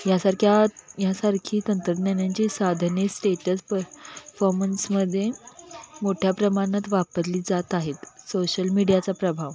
यासारख्या यासारखी तंत्रज्ञानाची साधने स्टेटस पफॉर्मन्समध्ये मोठ्या प्रमाणात वापरली जात आहेत सोशल मीडियाचा प्रभाव